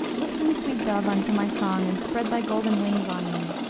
listen, sweet dove, unto my song, and spread thy golden wings on me,